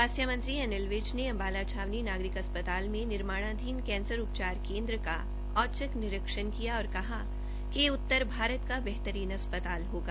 स्वास्थ्य मंत्री अनिल विज ने अम्बाला छावनी नागरिक अस्पताल में निर्माणाधीन कैंसर उपचार केन्द्र का औचक निरीक्षण किया और कहा कि ये उत्तरभारत का बेहतरीन अस्पताल होगा